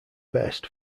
best